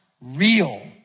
real